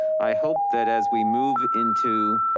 i hope that as we move into